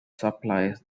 supplies